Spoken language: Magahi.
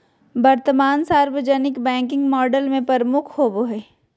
वर्तमान सार्वजनिक बैंकिंग मॉडल में प्रमुख होबो हइ